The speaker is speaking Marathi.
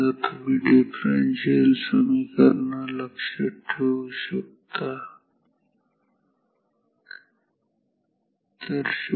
जर तुम्ही डिफरंशियल समिकरणं शिकलेले नसाल जर तुम्हाला हे ट्रांझियंट फॉर्मुला माहित नसतील तर तुम्ही अशा प्रकारे लक्षात ठेवू शकता